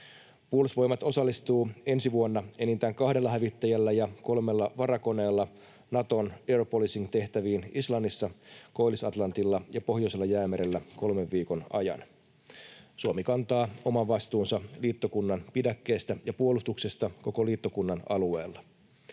Puolustusvoimat osallistuu ensi vuonna enintään kahdella hävittäjällä ja kolmella varakoneella Naton air policing ‑tehtäviin Islannissa, Koillis-Atlantilla ja Pohjoisella jäämerellä kolmen viikon ajan. Suomi kantaa oman vastuunsa liittokunnan pidäkkeestä ja puolustuksesta koko liittokunnan alueella.